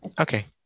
Okay